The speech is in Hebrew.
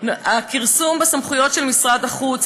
הכרסום בסמכויות של משרד החוץ,